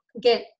get